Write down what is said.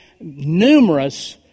numerous